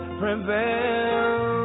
prevail